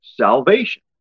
salvation